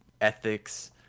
ethics